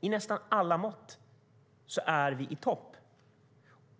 Beträffande nästan alla mått är vi i topp.